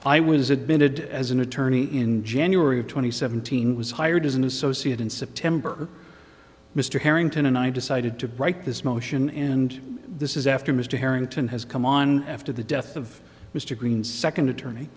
i was admitted as an attorney in january of twenty seventeen was hired as an associate in september mr harrington and i decided to write this motion and this is after mr harrington has come on after the death of mr green second attorney